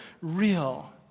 real